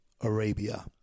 Arabia